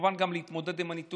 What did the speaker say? וכמובן גם להתמודד עם הנתונים,